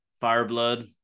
fireblood